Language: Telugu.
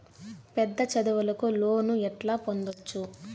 పెద్ద చదువులకు లోను ఎట్లా పొందొచ్చు